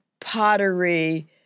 pottery